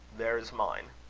there is mine.